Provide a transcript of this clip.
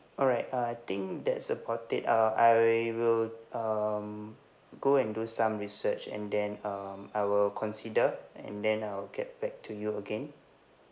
alright uh I think that's about it uh I will um go and do some research and then um I will consider and then I'll get back to you again